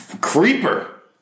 creeper